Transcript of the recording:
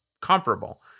comparable